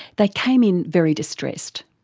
they came in very distressed.